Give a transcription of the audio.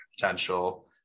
potential